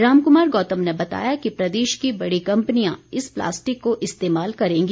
राम कुमार गौतम ने बताया कि प्रदेश की बड़ी कम्पनियां इस प्लास्टिक को इस्तेमाल करेंगी